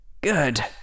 Good